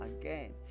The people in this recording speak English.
again